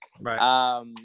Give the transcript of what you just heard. Right